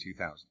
2000